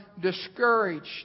discouraged